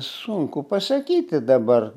sunku pasakyti dabar